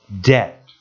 debt